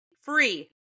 free